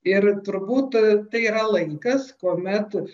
ir turbūt tai yra laikas kuomet